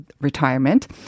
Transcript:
retirement